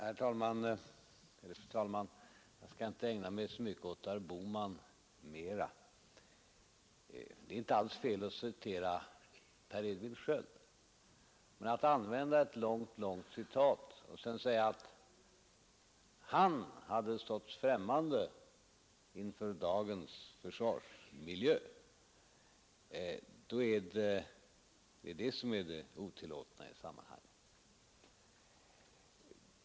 Fru talman! Jag skall inte ägna mig så mycket mera åt herr Bohman. Det är inte alls fel att citera Per Edvin Sköld. Men att använda ett långt citat och sedan säga att han hade stått främmande inför dagens försvarsmiljö — det är det som är det otillåtna i sammanhanget.